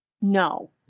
no